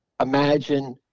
imagine